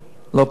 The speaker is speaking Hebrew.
לא פורש.